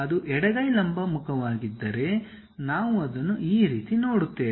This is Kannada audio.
ಅದು ಎಡಗೈ ಲಂಬ ಮುಖವಾಗಿದ್ದರೆ ನಾವು ಅದನ್ನು ಈ ರೀತಿ ನೋಡುತ್ತೇವೆ